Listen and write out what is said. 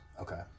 Okay